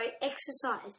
exercise